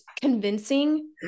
convincing